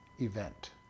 event